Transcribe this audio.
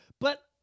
But-